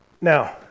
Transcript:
Now